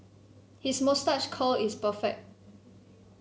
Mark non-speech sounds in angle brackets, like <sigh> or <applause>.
his moustache curl is perfect <noise>